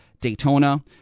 Daytona